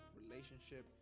relationship